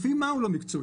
לפי מה הוא לא מקצועי?